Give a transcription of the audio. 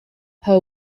her